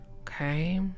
okay